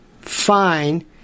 fine